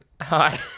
Hi